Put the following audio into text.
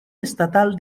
estatal